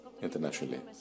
internationally